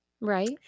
Right